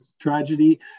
tragedy